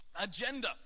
agenda